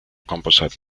composite